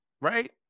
Right